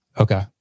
Okay